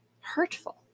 hurtful